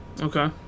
Okay